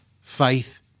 faith